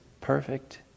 perfect